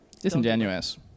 Disingenuous